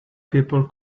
people